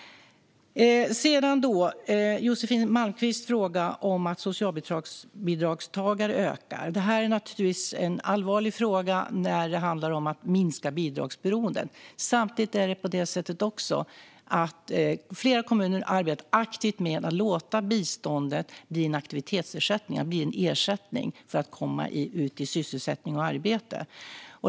Josefin Malmqvist ställde en fråga om att antalet socialbidragstagare ökar. Det här är naturligtvis en allvarlig fråga när det handlar om att minska bidragsberoendet. Samtidigt arbetar flera kommuner aktivt med att låta biståndet bli en aktivitetsersättning, det vill säga en ersättning för att komma ut i sysselsättning och arbete.